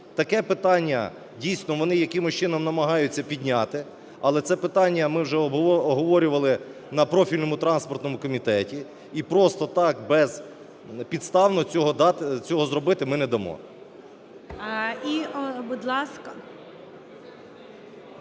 Таке питання дійсно вони якимось чином намагаються підняти, але це питання ми вже обговорювали на профільному транспортному комітеті, і просто так безпідставно цього зробити ми не дамо.